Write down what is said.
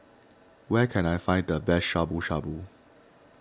where can I find the best Shabu Shabu